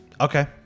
Okay